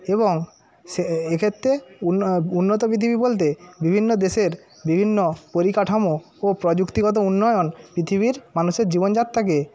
এবং সে এক্ষেত্রে উন্ন উন্নত পৃথিবী বলতে বিভিন্ন দেশের বিভিন্ন পরিকাঠামো ও প্রযুক্তিগত উন্নয়ন পৃথিবীর মানুষের জীবনযাত্রাকে